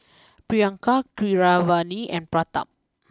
Priyanka Keeravani and Pratap